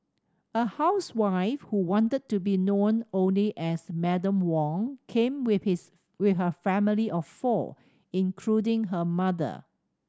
a housewife who wanted to be known only as Madam Wong came with his with her family of four including her mother